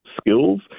skills